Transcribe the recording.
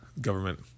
government